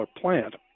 plant